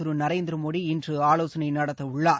திரு நரேந்திர மோடி இன்று ஆலோசனை நடத்த உள்ளார்